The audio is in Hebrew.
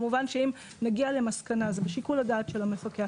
כמובן שאם נגיע למסקנה זה בשיקול הדעת של המפקח